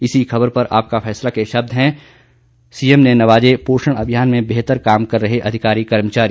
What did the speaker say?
इसी खबर पर आपका फैसला के शब्द हैं सीएम ने नवाजे पोषण अभियान में बेहतर काम कर रहे अधिकारी कर्मचारी